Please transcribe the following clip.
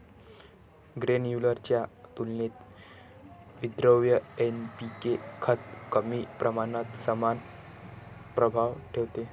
granular च्या तुलनेत विद्रव्य एन.पी.के खत कमी प्रमाणात समान प्रभाव ठेवते